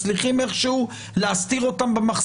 אני לא מצליח להבין את הרציונל